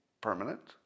permanent